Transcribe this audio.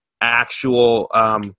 actual